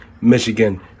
Michigan